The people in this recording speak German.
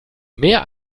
mehr